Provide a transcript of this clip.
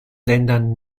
ländern